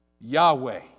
Yahweh